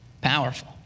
Powerful